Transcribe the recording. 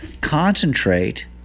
concentrate